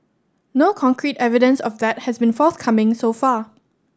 no concrete evidence of that has been forthcoming so far